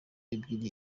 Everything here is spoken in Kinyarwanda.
ebyiri